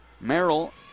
Merrill